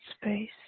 space